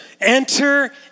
Enter